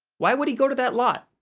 why would he go to that lot?